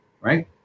right